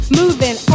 moving